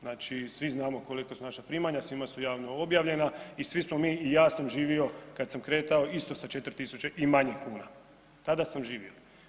Znači svi znamo kolika su naša primanja, svima su javno objavljena i svi smo mi i ja sam živio kad sam kretao isto sa 4.000 i manje kuna, tada sam živio.